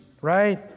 right